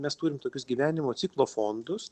mes turim tokius gyvenimo ciklo fondus